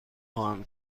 خواهم